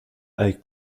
avec